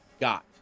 got